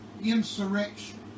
insurrection